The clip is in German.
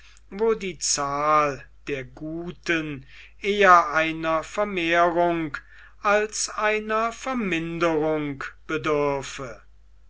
wo die zahl der guten eher einer vermehrung als einer verminderung bedürfe